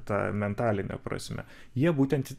ta mentaline prasme jie būtent